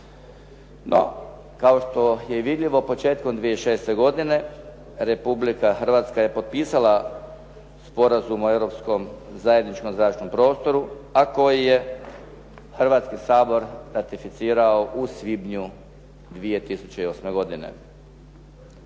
No, kao što je i vidljivo početkom 2006. godine Republika Hrvatska je potpisala Sporazum o europskom zajedničkom zračnom prostoru a koji je Hrvatski sabor ratificirao u svibnju 2008. godine.